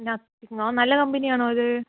നത്തിങ്ങോ നല്ല കമ്പനിയാണോ അത്